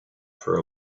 for